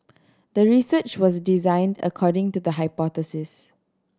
the research was designed according to the hypothesis